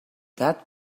that